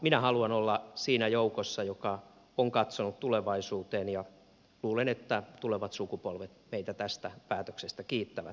minä haluan olla siinä joukossa joka on katsonut tulevaisuuteen ja luulen että tulevat sukupolvet meitä tästä päätöksestä kiittävät